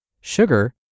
sugar